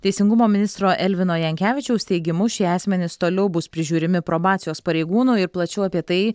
teisingumo ministro elvino jankevičiaus teigimu šie asmenys toliau bus prižiūrimi probacijos pareigūnų ir plačiau apie tai